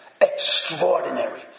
Extraordinary